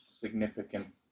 significant